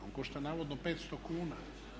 On košta navodno 500 kuna.